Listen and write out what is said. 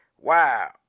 wow